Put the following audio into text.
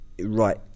right